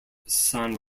san